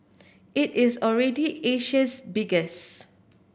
it is already Asia's biggest